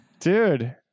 Dude